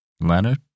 Leonard